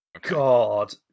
God